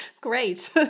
Great